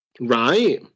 Right